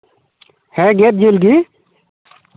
ᱦᱮᱸ ᱜᱮᱫ ᱡᱤᱞ ᱜᱮ